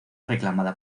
reclamada